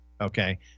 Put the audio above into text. Okay